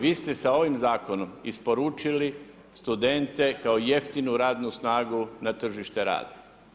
Vi ste s ovim zakonom isporučili studente kao jeftinu radnu snagu na tržište rada.